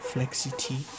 Flexity